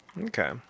Okay